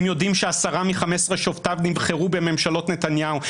הם יודעים ש-10 מ-15 שופטיו נבחרו בממשלות נתניהו,